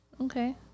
Okay